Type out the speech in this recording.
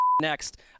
next